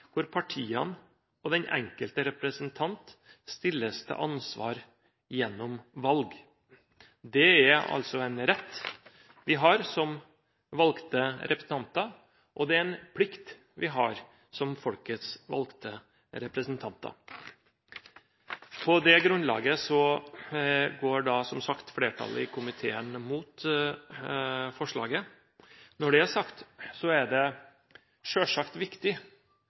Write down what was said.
partiene og den enkelte representant stilles til ansvar gjennom valg. Det er altså en rett vi har som valgte representanter, og det er en plikt vi har som folkets valgte representanter. På det grunnlaget går som sagt flertallet i komiteen imot forslaget. Når det er sagt, er det selvsagt viktig